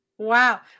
Wow